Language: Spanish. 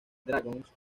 dragons